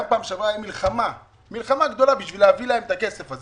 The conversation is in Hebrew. גם בפעם שעברה הייתה מלחמה גדולה כדי להביא להם את הכסף הזה.